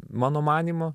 mano manymu